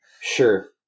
Sure